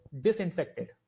disinfected